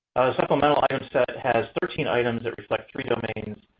supplemental item set has thirteen items that reflect three domains.